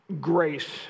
Grace